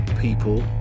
people